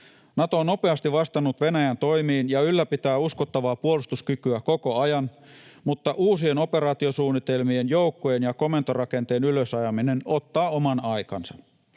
Nato on nopeasti vastannut Venäjän toimiin ja ylläpitää uskottavaa puolustuskykyä koko ajan, mutta uusien operaatiosuunnitelmien, joukkojen ja komentorakenteen ylösajaminen ottaa oman aikansa.